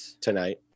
tonight